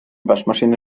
waschmaschine